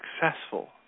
successful